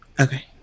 Okay